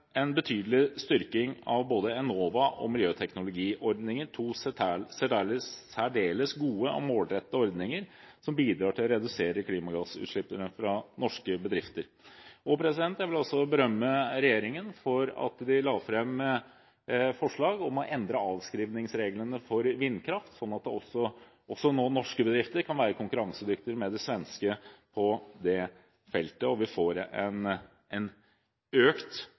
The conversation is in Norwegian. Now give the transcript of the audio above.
en betydelig styrking av både Enova og miljøteknologiordningen, to særdeles gode og målrettede ordninger som bidrar til å redusere klimagassutslippene fra norske bedrifter. Jeg vil også berømme regjeringen for at den la fram forslag om å endre avskrivningsreglene for vindkraft, slik at også norske bedrifter nå kan være konkurransedyktige i forhold til de svenske på det feltet og vi får en økt